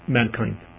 mankind